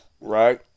Right